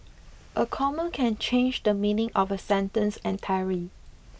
a comma can change the meaning of a sentence entirely